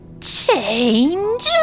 Change